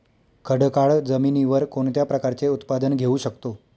खडकाळ जमिनीवर कोणत्या प्रकारचे उत्पादन घेऊ शकतो?